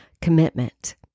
commitment